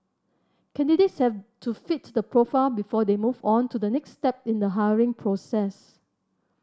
candidates have to fit the profile before they move on to the next step in the hiring process